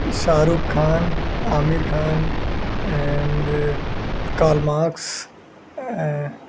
Shah Rukh Khan Aamir Khan and Karl marks